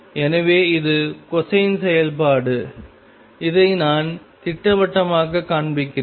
எனவே இது கொசைன் செயல்பாடு இதை நான் திட்டவட்டமாகக் காண்பிக்கிறேன்